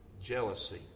jealousy